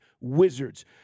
Wizards